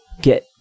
get